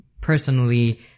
personally